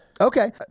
Okay